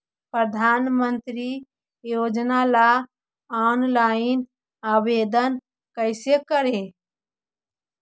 प्रधानमंत्री योजना ला ऑनलाइन आवेदन कैसे करे?